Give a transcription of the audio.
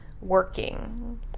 Working